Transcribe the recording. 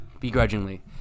begrudgingly